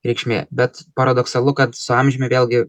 reikšmė bet paradoksalu kad su amžiumi vėlgi